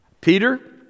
Peter